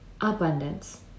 abundance